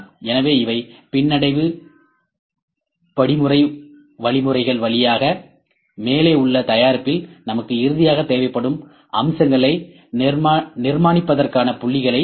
எனவே இவை பின்னடைவு படிமுறை வழிமுறைகள் வழியாக மேலே உள்ள தயாரிப்பில் நமக்கு இறுதியாக தேவைப்படும் அம்சங்களை நிர்மாணிப்பதற்கான புள்ளிகளை பகுப்பாய்வு செய்யலாம்